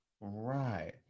Right